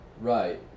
Right